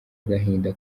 agahinda